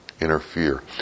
interfere